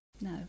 No